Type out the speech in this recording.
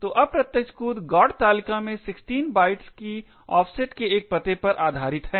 तो अप्रत्यक्ष कूद GOT तालिका में 16 बाइट्स की ऑफसेट के एक पते पर आधारित है